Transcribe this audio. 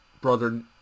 brother